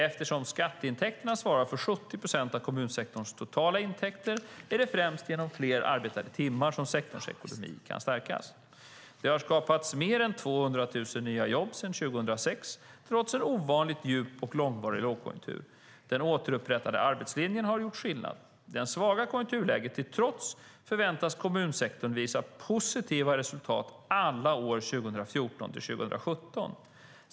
Eftersom skatteintäkterna svarar för ca 70 procent av kommunsektorns totala intäkter är det främst genom fler arbetade timmar som sektorns ekonomi kan stärkas. Det har skapats mer än 200 000 nya jobb sedan 2006, trots en ovanligt djup och långvarig lågkonjunktur; den återupprättade arbetslinjen har gjort skillnad. Det svaga konjunkturläget till trots förväntas kommunsektorn visa positiva resultat alla år 2014-2017.